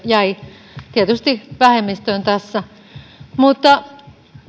jäi tietysti vähemmistöön tässä mutta